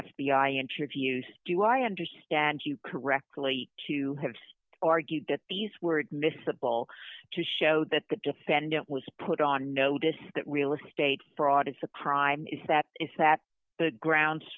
i interviews do i understand you correctly to have argued that these were miscible to show that the defendant was put on notice that real estate fraud is the prime is that is that the ground